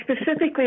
specifically